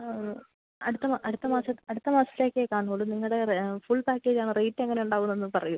അത് അടുത്ത അടുത്ത അടുത്ത മാസത്തേക്കേ കാണൂകയുള്ളൂ നിങ്ങളുടെ ഫുൾ പാക്കേജാണോ റേറ്റെങ്ങനെയുണ്ടാവുമെന്നൊന്നു പറയൂ